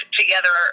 together